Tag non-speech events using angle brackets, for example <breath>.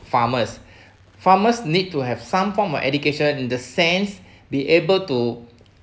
farmers <breath> farmers need to have some form of education in the sense <breath> be able to